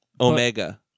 Omega